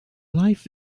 life